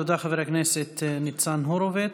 תודה, חבר הכנסת ניצן הורוביץ.